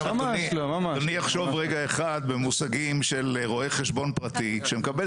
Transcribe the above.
אדוני יחשוב רגע אחד במונחים של רואה חשבון פרטי שמקבל